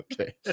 okay